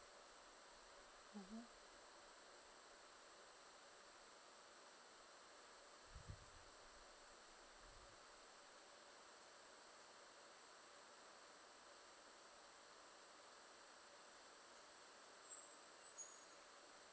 mmhmm